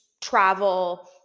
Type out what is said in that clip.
travel